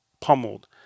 pummeled